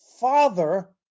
father